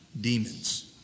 demons